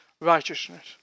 righteousness